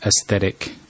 aesthetic